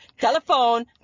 telephone